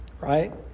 right